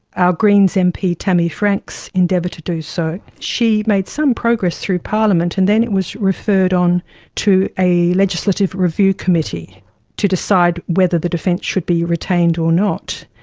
our greens mp tammy franks endeavoured to do so. she made some progress through parliament and then it was referred on to a legislative review committee to decide whether the defence should be retained or not.